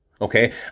okay